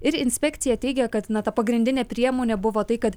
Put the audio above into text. ir inspekcija teigia kad ta pagrindinė priemonė buvo tai kad